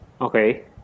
Okay